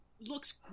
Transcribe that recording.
looks